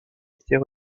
était